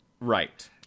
Right